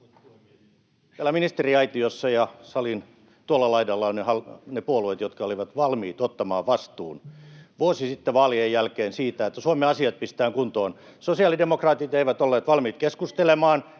Täällä ministeriaitiossa ja salin tuolla laidalla ovat ne puolueet, jotka olivat valmiit ottamaan vastuun vuosi sitten vaalien jälkeen siitä, että Suomen asiat pistetään kuntoon. Sosiaalidemokraatit eivät olleet valmiit keskustelemaan,